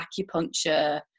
acupuncture